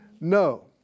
No